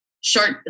short